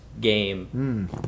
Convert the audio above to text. game